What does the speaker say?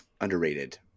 underrated